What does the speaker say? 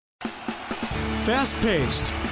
Fast-paced